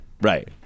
Right